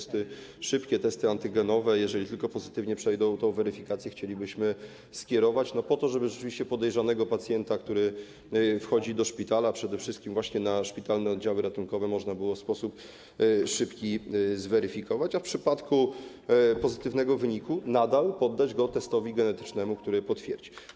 Szybkie testy antygenowe, jeżeli tylko pozytywnie przejdą tę weryfikację, chcielibyśmy de facto tam skierować, po to, żeby rzeczywiście podejrzanego pacjenta, który wchodzi do szpitala, przede wszystkim właśnie do szpitalnych oddziałów ratunkowych, można było w szybki sposób zweryfikować, a w przypadku pozytywnego wyniku - poddać go testowi genetycznemu, który to potwierdzi.